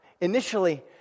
initially